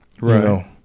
Right